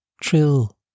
Trill